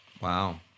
Wow